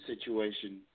situation